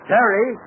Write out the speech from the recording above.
Terry